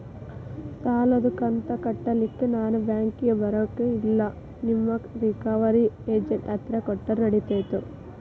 ಸಾಲದು ಕಂತ ಕಟ್ಟಲಿಕ್ಕೆ ನಾನ ಬ್ಯಾಂಕಿಗೆ ಬರಬೇಕೋ, ಇಲ್ಲ ನಿಮ್ಮ ರಿಕವರಿ ಏಜೆಂಟ್ ಹತ್ತಿರ ಕೊಟ್ಟರು ನಡಿತೆತೋ?